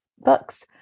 books